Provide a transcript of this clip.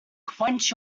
quench